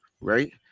right